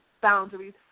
boundaries